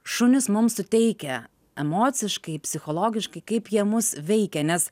šunys mums suteikia emociškai psichologiškai kaip jie mus veikia nes